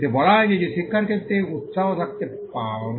এতে বলা হয়েছে যে শিক্ষার ক্ষেত্রে উত্সাহ থাকতে হবে